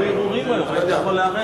אתה יכול לערער.